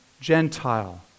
Gentile